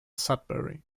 sudbury